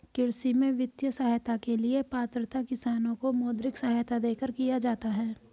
कृषि में वित्तीय सहायता के लिए पात्रता किसानों को मौद्रिक सहायता देकर किया जाता है